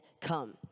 come